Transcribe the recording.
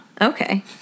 Okay